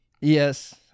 Yes